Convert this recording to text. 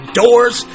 doors